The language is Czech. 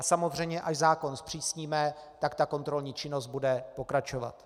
A samozřejmě až zákon zpřísníme, tak ta kontrolní činnost bude pokračovat.